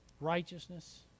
righteousness